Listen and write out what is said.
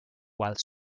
while